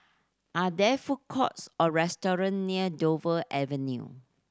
are there food courts or restaurant near Dover Avenue